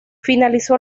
finalizó